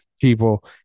people